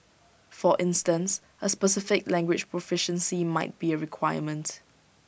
for instance A specific language proficiency might be A requirement